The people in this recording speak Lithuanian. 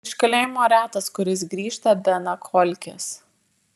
iš kalėjimo retas kuris grįžta be nakolkės